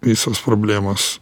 visos problemos